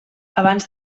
abans